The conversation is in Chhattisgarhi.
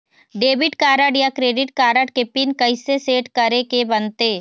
डेबिट कारड या क्रेडिट कारड के पिन कइसे सेट करे के बनते?